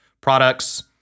products